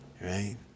Right